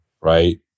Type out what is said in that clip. right